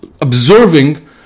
observing